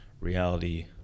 reality